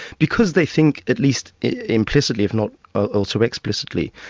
because they think at least implicitly if not ah also explicitly,